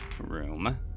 room